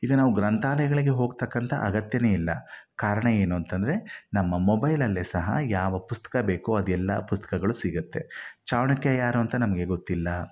ಈಗ ನಾವು ಗ್ರಂಥಾಲಯಗಳಿಗೆ ಹೋಗ್ತಕ್ಕಂಥ ಅಗತ್ಯವೇ ಇಲ್ಲ ಕಾರಣ ಏನು ಅಂತಂದರೆ ನಮ್ಮ ಮೊಬೈಲಲ್ಲೆ ಸಹ ಯಾವ ಪುಸ್ತಕ ಬೇಕೋ ಅದೆಲ್ಲ ಪುಸ್ತಕಗಳು ಸಿಗುತ್ತೆ ಚಾಣಕ್ಯ ಯಾರು ಅಂತ ನಮಗೆ ಗೊತ್ತಿಲ್ಲ